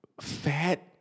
fat